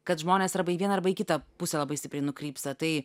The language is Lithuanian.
kad žmonės arba į vieną arba į kitą pusę labai stipriai nukrypsta tai